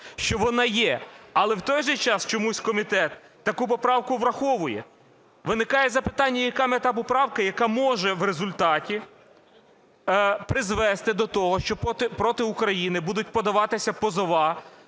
що вона є, але в той же час чомусь комітет таку поправку враховує. Виникає запитання, яка мета поправки, яка може в результаті призвести до того, що проти України будуть подаватися позови